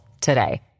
today